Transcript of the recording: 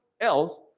else